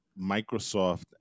Microsoft